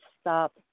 stop